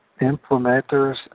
implementers